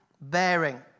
bearing